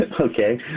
Okay